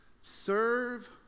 serve